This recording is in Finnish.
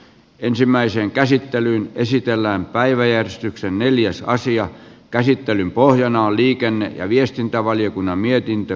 ensimmäiseen käsittelyyn esitellään päiväjärjestyksen neljäs aasian käsittelyn pohjana on liikenne ja viestintävaliokunnan mietintö